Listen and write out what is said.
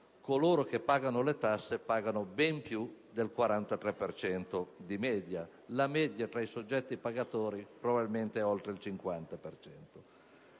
coloro che pagano le tasse pagano ben più del 43 per cento di media; la media tra i soggetti pagatori probabilmente va oltre il 50